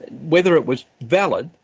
whether it was valid,